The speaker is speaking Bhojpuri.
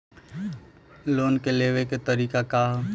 लोन के लेवे क तरीका का ह?